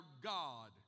God